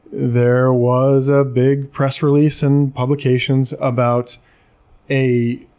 there was a big press release and publications about a